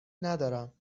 ندارم